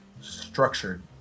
structured